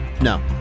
No